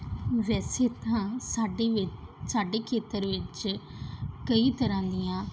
ਵੈਸੇ ਤਾਂ ਸਾਡੇ ਵਿ ਸਾਡੇ ਖੇਤਰ ਵਿੱਚ ਕਈ ਤਰ੍ਹਾਂ ਦੀਆਂ